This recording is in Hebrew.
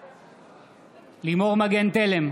בעד לימור מגן תלם,